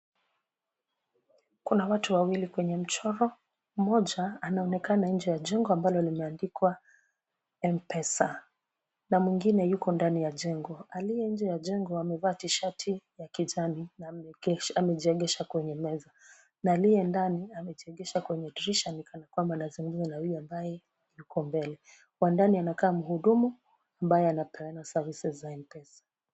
Kuna watu wawili kwenye mchoro, mmoja anaonekana nje ya jengo ambalo limeandikwa M-pesa na mwingine yuko ndani ya jengo. Aliye nje ya jengo amevaa tishati ya kijani na amejiegesha kwenye meza na aliye ndani amejiegesha kwenye dirisha ni kana kwamba anazungumza na huyo ambaye yuko mbele. Wa ndani anakaa mhudumu ambaye anapeana services za M-pesa.